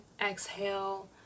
exhale